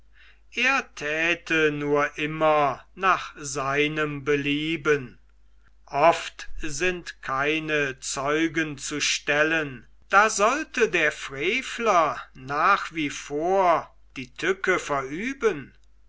er täte nur immer nach seinem belieben oft sind keine zeugen zu stellen da sollte der frevler nach wie vor die tücke verüben